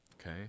Okay